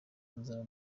nzaba